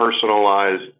personalized